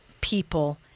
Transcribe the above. people